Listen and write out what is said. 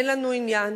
אין לנו עניין.